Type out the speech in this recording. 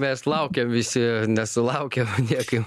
mes laukiam visi nesulaukia niekaip